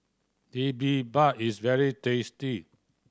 bibimbap is very tasty